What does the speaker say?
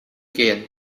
gehen